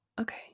okay